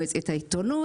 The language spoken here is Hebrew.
מועצת העיתונות,